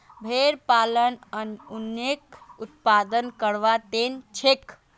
भेड़ पालन उनेर उत्पादन करवार तने करछेक